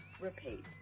repeat